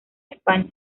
españa